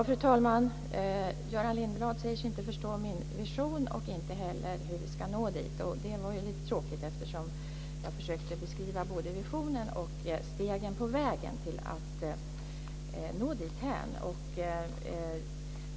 Fru talman! Göran Lindblad säger sig inte förstå min vision och inte heller hur vi ska nå dit. Det var ju lite tråkigt, eftersom jag försökte beskriva både visionen och stegen på vägen för att nå dithän.